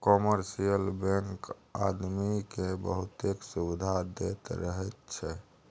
commercial bank आदमी केँ बहुतेक सुविधा दैत रहैत छै